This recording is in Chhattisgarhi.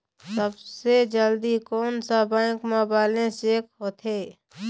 सबसे जल्दी कोन सा बैंक म बैलेंस चेक होथे?